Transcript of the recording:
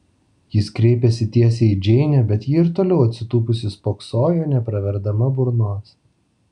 jis kreipėsi tiesiai į džeinę bet ji ir toliau atsitūpusi spoksojo nepraverdama burnos